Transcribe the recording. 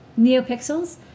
NeoPixels